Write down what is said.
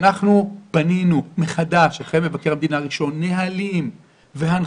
אחרי דו"ח מבקר המדינה הראשון אנחנו בנינו מחדש נהלים והנחיות